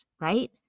right